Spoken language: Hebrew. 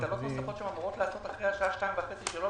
נוספות שאמורות לעוד אחרי 2:00. אנחנו